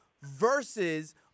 versus